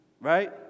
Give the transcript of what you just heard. right